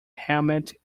helmet